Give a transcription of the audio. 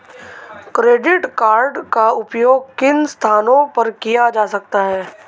Credit card का उपयोग किन स्थानों पर किया जा सकता है?